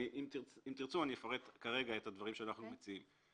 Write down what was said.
אם תרצו, אני אפרט את הדברים שאנחנו מציעים.